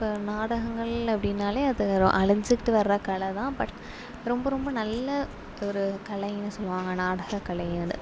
இப்போ நாடகங்கள் அப்படினாலே அது ஒரு அழிஞ்சு கிட்டு வர்ற கலை தான் பட் ரொம்ப ரொம்ப நல்ல ஒரு கலையின்னு சொல்லுவாங்க நாடக கலையை வந்து